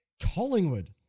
Collingwood